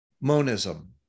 monism